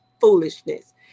foolishness